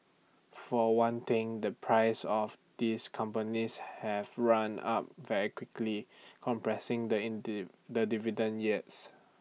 for one thing the prices of these companies have run up very quickly compressing the indie the dividend yields